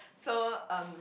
so um